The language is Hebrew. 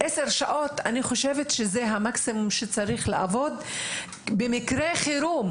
הם צריכים לעבוד מקסימום 10 שעות במקרי חירום.